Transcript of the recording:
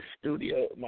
studio